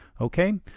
Okay